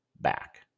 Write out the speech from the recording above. back